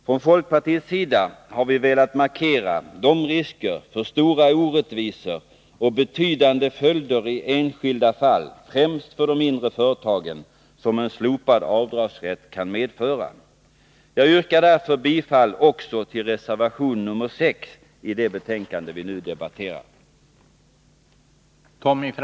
Från folkpartiets sida har vi velat markera de risker för stora orättvisor och betydande följder i enskilda fall, främst för de mindre företagen, som en slopad avdragsrätt kan medföra. Jag yrkar därför bifall också till reservation nr 6 i det betänkande vi nu debatterar.